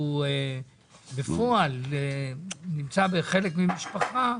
שהוא בפועל נמצא כחלק ממשפחה,